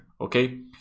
okay